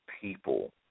people